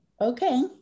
okay